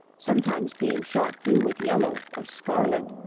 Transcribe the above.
sometimes being shot through with yellow or scarlet.